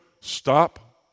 stop